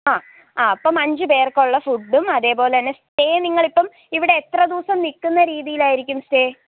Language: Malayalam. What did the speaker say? ആ അപ്പം അഞ്ച് പേര്ക്കുള്ള ഫുഡും അതേപോലെ തന്നെ സ്റ്റേ നിങ്ങൾ ഇപ്പം ഇവിടെ എത്ര ദിവസം നിൽക്കുന്ന രീതിയിലായിരിക്കും സ്റ്റേ